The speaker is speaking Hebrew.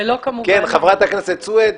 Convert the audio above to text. חברת הכנסת סויד,